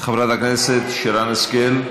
חברת הכנסת שרן השכל.